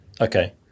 Okay